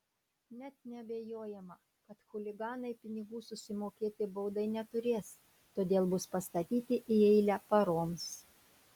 net neabejojama kad chuliganai pinigų susimokėti baudai neturės todėl bus pastatyti į eilę paroms